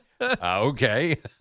Okay